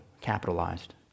capitalized